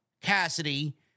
Cassidy